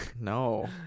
No